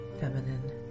feminine